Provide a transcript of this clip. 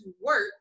work